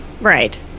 Right